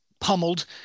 pummeled